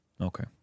Okay